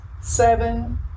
seven